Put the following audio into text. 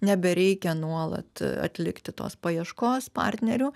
nebereikia nuolat atlikti tos paieškos partnerių